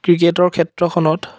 ক্ৰিকেটৰ ক্ষেত্ৰখনত